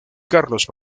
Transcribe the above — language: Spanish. carlos